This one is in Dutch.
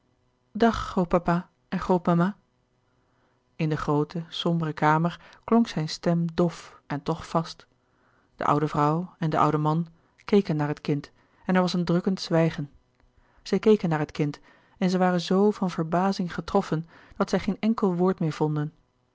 dag grootpapa en grootmama in de groote sombere kamer klonk zijn stem dof en toch vast de oude vrouw en de oude man keken naar het kind en er was een drukkend zwijgen zij keken naar het kind en zij waren zoo van verbazing getroffen dat zij geen enkel woord meer vonden